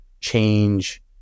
change